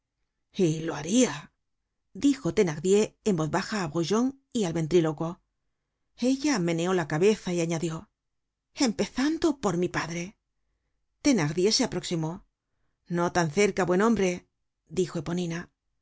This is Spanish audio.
lo haria dijo thenardier en voz baja á brujon y al ventrílocuo ella meneó la cabeza y añadió empezando por mi padre thenardier se aproximó no tan cerca buen hombre dijo eponina